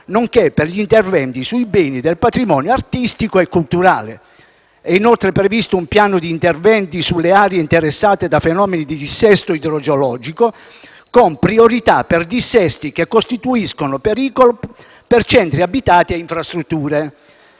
nonché per gli interventi sui beni del patrimonio artistico e culturale. È, inoltre, previsto un piano di interventi sulle aree interessate da fenomeni di dissesto idrogeologico, con priorità per dissesti che costituiscono pericolo per centri abitati e infrastrutture.